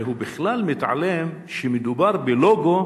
הרי הוא בכלל מתעלם מכך שמדובר בלוגו